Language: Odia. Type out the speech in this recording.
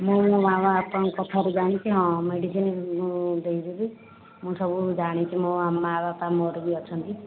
ମୁଁ ମୋ' ମାଆ ବାପାଙ୍କ କଥାରୁ ଜାଣିଛି ହଁ ମେଡ଼ିସିନ ମୁଁ ଦେଇଦେବି ମୁଁ ସବୁ ଜାଣିଛି ମୋ' ଆମ ମାଆ ବାପା ମୋ'ର ବି ଅଛନ୍ତି